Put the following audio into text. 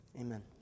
amen